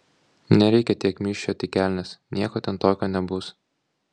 nereikia tiek myžčiot į kelnes nieko ten tokio nebus